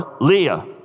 Leah